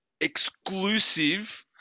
exclusive